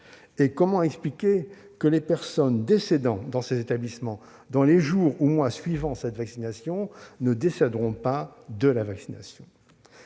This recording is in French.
? Comment expliquer que les personnes mourant dans ces établissements dans les jours ou mois suivant la vaccination ne décéderont pas de cette